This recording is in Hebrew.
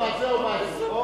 מי שבעד, או בעד זה או בעד זה.